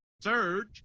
surge